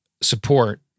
support